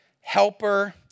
helper